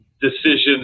decisions